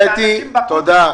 תודה.